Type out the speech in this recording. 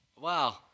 Wow